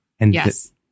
Yes